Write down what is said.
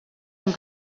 amb